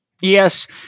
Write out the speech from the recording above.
Yes